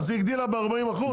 זה הגדיל ב-40%?